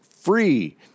free